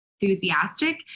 enthusiastic